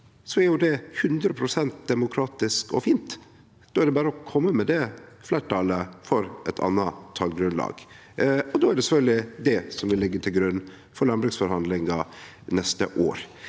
er jo det 100 pst. demokratisk og fint. Då er det berre å kome med det fleirtalet for eit anna talgrunnlag, og då er det sjølvsagt det som vil liggje til grunn for landbruksforhandlingane neste år.